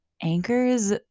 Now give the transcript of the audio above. anchors